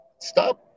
Stop